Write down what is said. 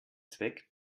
zweck